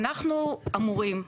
אנחנו אמורים,